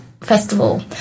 Festival